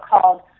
called